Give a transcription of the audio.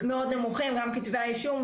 מאוד נמוכים, וגם כתבי האישום.